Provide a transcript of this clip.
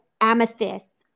amethyst